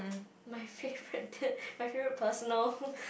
my favourite my favourite personal